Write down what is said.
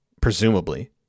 presumably